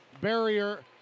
Barrier